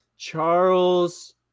Charles